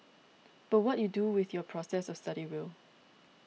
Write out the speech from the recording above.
but what you do with your process of study will